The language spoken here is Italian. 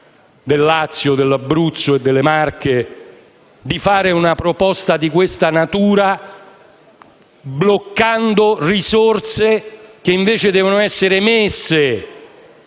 del Lazio, dell'Abruzzo, delle Marche, di avanzare una proposta di questa natura, bloccando risorse che invece devono essere